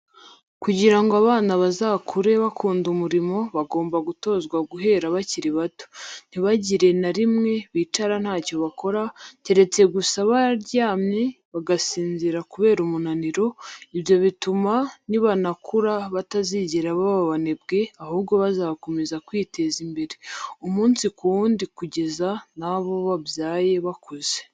Kugira ngo abana bazakure bakunda umurimo bagomba gutozwa guhera bakiri bato, ntibagire na rimwe bicara ntacyo bakora, keretse gusa baryamye, bagasinzira kubera umunaniro, ibyo bituma nibanakura batazigera baba abanebwe ahubwo bazakomeza kwiteza imbere, umunsi ku wundi kugeza n'abo babyaye bakuze.